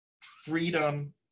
freedom